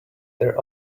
there